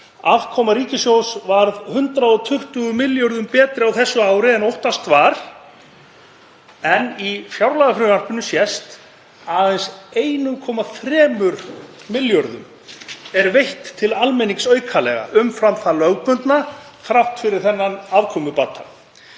Afkoma ríkissjóðs varð 120 milljörðum betri á þessu ári en óttast var en í fjárlagafrumvarpinu sést að aðeins 1,3 milljarðar eru veittir til almennings aukalega umfram það lögbundna þrátt fyrir þennan afkomubata.